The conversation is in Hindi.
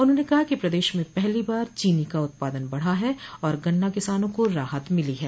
उन्होंने कहा कि प्रदेश में पहली बार चीनी का उत्पादन बढ़ा है और गन्ना किसानों को राहत मिली है